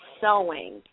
sewing